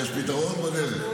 יש פתרון או בדרך?